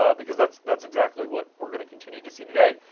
um because that's that's exactly what we are going to continue to see today.